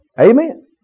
Amen